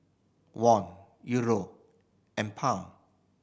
Won Euro and Pound